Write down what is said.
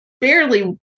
barely